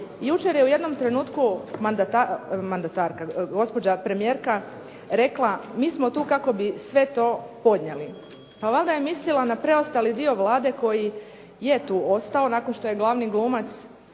Jučer je u jednom trenutku gospođa premijerka rekla mi smo tu kako bi sve to podnijeli. Pa valjda je mislila na preostali dio Vlade koji je tu ostao nakon što je glavni glumac